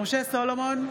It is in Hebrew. משה סולומון,